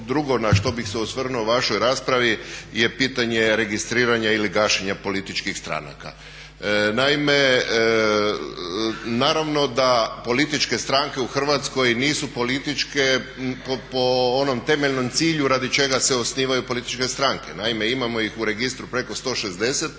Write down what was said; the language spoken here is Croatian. drugo na što bih se osvrnuo u vašoj raspravi je pitanje registriranja ili gašenja političkih stranaka. Naime, naravno da političke stranke u Hrvatskoj nisu političke po onom temeljnom cilju radi čega se osnivaju političke stranke. Naime, imamo ih u registru preko 160,